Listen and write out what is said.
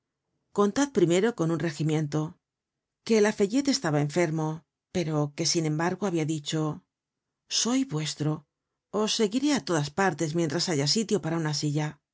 contad primero con un regimiento que lafayette estaba enfermo pero que sin embargo habia dicho soy vuestro os seguiréátodas partes mientras haya sitio para una silla